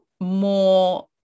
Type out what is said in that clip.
more